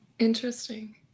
Interesting